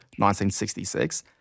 1966